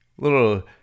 little